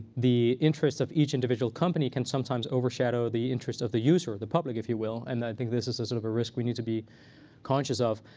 the interests of each individual company can sometimes overshadow the interests of the user, the public, if you will. and i think this is a sort of a risk we need to be conscious of.